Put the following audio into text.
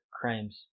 crimes